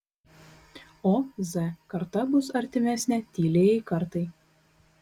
o z karta bus artimesnė tyliajai kartai